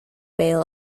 bail